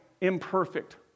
imperfect